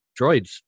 droids